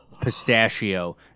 pistachio